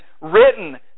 written